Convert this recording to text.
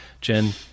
Jen